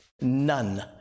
none